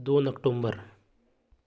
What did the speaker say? दोन ऑक्टोबर